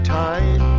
time